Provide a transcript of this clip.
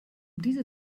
diese